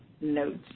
notes